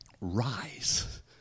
rise